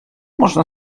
można